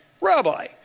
Rabbi